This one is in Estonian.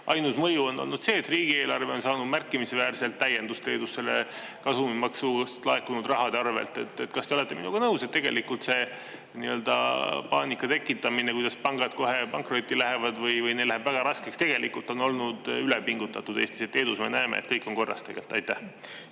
Ainus mõju on olnud see, et riigieelarve on saanud märkimisväärselt täiendust Leedus selle kasumimaksust laekunud rahade arvelt. Kas te olete minuga nõus, et tegelikult see nii-öelda paanika tekitamine, kuidas pangad kohe pankrotti lähevad või neil läheb väga raskeks, tegelikult on olnud ülepingutatud Eestis? Leedus me näeme, et kõik on korras tegelikult. Aitäh,